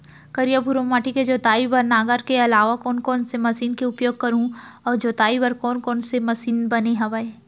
करिया, भुरवा माटी के जोताई बर नांगर के अलावा कोन कोन से मशीन के उपयोग करहुं अऊ जोताई बर कोन कोन से मशीन बने हावे?